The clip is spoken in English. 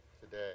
today